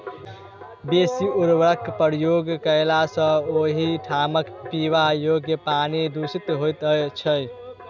बेसी उर्वरकक प्रयोग कयला सॅ ओहि ठामक पीबा योग्य पानि दुषित होइत छै